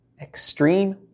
Extreme